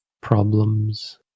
problems